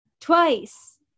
Twice